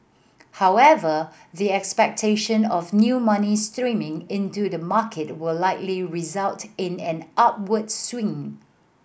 however the expectation of new money streaming into the market will likely result in an upward swing